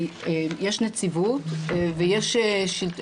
שיש נציבות ויש שלטון